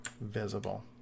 visible